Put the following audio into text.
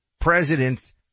president's